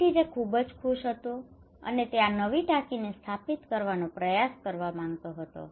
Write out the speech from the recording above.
તેથી તે ખૂબ જ ખુશ હતો અને તે આ નવી ટાંકીને સ્થાપિત કરવાનો પ્રયાસ કરવા માંગતો હતો